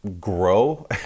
grow